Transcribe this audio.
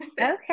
Okay